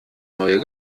neue